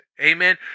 Amen